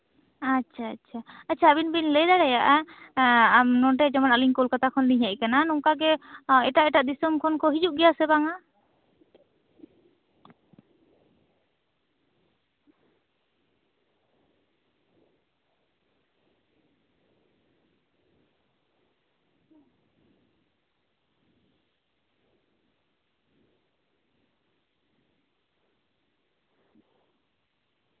ᱟᱪᱪᱷᱟ ᱟᱪᱪᱷᱟ ᱟᱪᱪᱷᱟ ᱟᱪᱪᱷᱟ ᱟᱵᱤᱱ ᱵᱤᱱ ᱞᱟᱹᱭ ᱫᱟᱲᱮᱭᱟᱜᱼᱟ ᱮᱸᱜ ᱱᱚᱸᱰᱮ ᱟᱞᱤᱧ ᱡᱮᱢᱚᱱ ᱠᱳᱞᱠᱟᱛᱟ ᱠᱷᱚᱱᱞᱤᱧ ᱦᱮᱡ ᱟᱠᱟᱱᱟ ᱱᱚᱝᱠᱟ ᱜᱮ ᱟᱸ ᱮᱴᱟᱜᱼᱮᱴᱟᱜ ᱫᱤᱥᱚᱢ ᱠᱷᱚᱱ ᱠᱚ ᱦᱤᱡᱩᱜ ᱜᱮᱭᱟ ᱥᱮ ᱵᱟᱝᱼᱟ